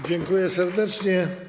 Dziękuję serdecznie.